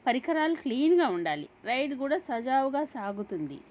పరికరాలు క్లీన్గా ఉండాలి రైడ్ కూడా సజావుగా సాగుతుంది